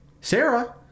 Sarah